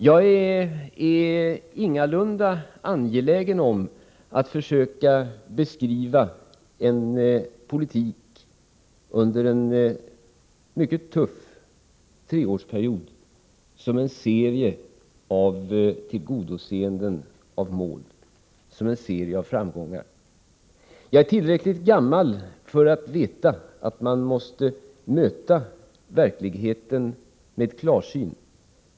Jag är ingalunda angelägen om att försöka beskriva politiken under en mycket tuff treårsperiod som tillgodoseende av en serie mål, som en serie av framgångar. Jag är tillräckligt gammal för att veta att man måste se på verkligheten med klarsyn.